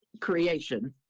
creation